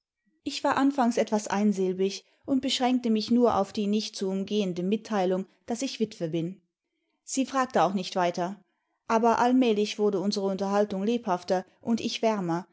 ich war anfangs etwas einsilbig imd beschränkte mich nur auf die nicht zu umgehende mitteilung daß ich witwe bin sie fragte auch nicht weiter aber allmählich wurde unsere unterhaltui lebhafter und ich wärmer